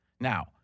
Now